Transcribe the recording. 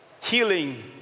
healing